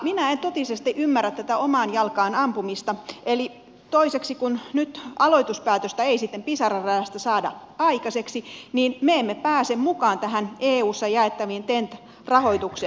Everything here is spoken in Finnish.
minä en totisesti ymmärrä tätä omaan jalkaan ampumista eli toiseksi kun nyt aloituspäätöstä ei sitten pisara radasta saada aikaiseksi niin me emme pääse mukaan tähän eussa jaettavaan ten t rahoitukseen